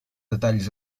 detalls